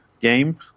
game